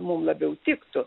mum labiau tiktų